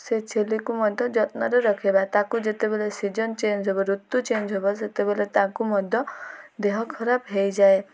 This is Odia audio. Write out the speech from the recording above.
ସେ ଛେଳିକୁ ମଧ୍ୟ ଯତ୍ନରେ ରଖେଇବା ତାକୁ ଯେତେବେଳେ ସିଜିନ୍ ଚେଞ୍ଜ୍ ହବ ଋତୁ ଚେଞ୍ଜ୍ ହବ ସେତେବେଳେ ତାଙ୍କୁ ମଧ୍ୟ ଦେହ ଖରାପ ହେଇଯାଏ